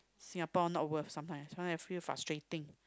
Singapore not worth sometimes sometimes I feel frustrating